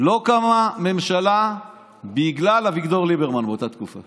לא קמה ממשלה בגלל אביגדור ליברמן באותה תקופה.